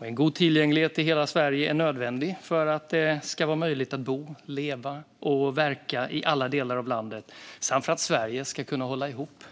En god tillgänglighet i hela Sverige är nödvändig för att det ska vara möjligt att bo, leva och verka i alla delar av landet samt för att Sverige ska kunna hålla ihop.